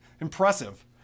impressive